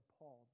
appalled